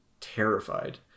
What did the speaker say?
terrified